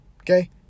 Okay